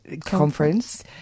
conference